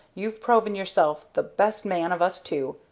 you've proved yourself the best man of us two,